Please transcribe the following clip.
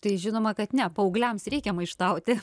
tai žinoma kad ne paaugliams reikia maištauti